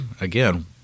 again